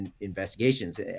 investigations